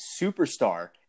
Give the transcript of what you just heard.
superstar